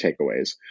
takeaways